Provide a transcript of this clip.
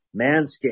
Manscaped